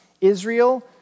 Israel